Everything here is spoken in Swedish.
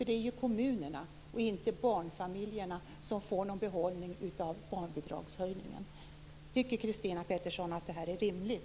Det är ju kommunerna och inte barnfamiljerna som får någon behållning av barnbidragshöjningen. Tycker Christina Pettersson att det är rimligt?